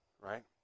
right